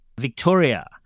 Victoria